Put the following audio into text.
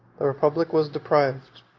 the republic was deprived,